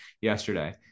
yesterday